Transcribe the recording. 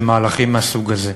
זה מהלכים מהסוג הזה.